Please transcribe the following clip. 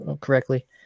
correctly